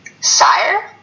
Sire